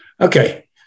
Okay